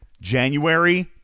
January